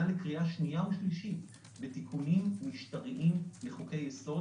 לקריאה השנייה והשלישית בתיקונים משטריים בחוקי-יסוד.